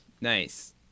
Nice